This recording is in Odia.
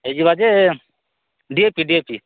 ହେଇଯିବା ଯେ D A P D A P